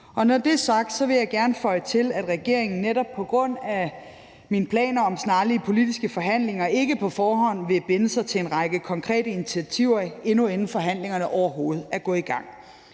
Når det er sagt, vil jeg gerne føje til, at regeringen netop på grund af mine planer om snarlige politiske forhandlinger ikke på forhånd vil binde sig til en række konkrete initiativer, endnu inden forhandlingerne overhovedet er gået i gang.